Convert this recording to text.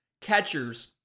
catchers